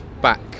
back